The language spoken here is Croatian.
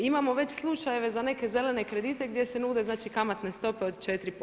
Imamo već slučajeve za neke zelene kredite gdje se nude znači kamatne stope od 4%